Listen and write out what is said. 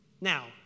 Now